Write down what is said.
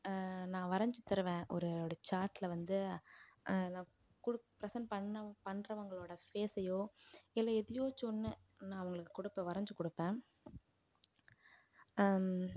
நான் வரைஞ்சு தருவேன் ஒரு ஒரு சார்ட்டில் வந்து நான் கொடு பிரசெண்ட் பண்ண பண்ணுறவுங்களோட ஃபேஸ்சையோ இல்லை எதுலேயாச்சு ஒன்று நான் அவங்களுக்கு கொடுப்பேன் வரைஞ்சு கொடுப்பேன்